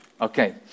Okay